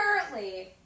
Currently